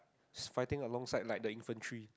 is fighting along side like the infantry